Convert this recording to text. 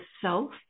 self